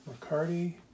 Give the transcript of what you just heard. McCarty